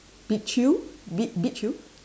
be chew be be chew